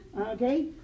Okay